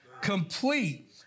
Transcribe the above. Complete